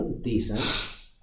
Decent